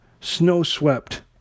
snow-swept